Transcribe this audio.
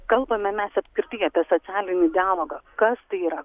kalbame mes apskritai apie socialinį dialogą kas tai yra